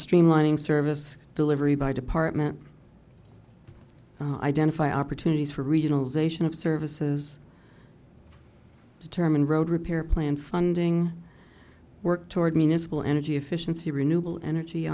streamlining service delivery by department identify opportunities for regionalization of services determine road repair plan funding work toward mena school energy efficiency renewable energy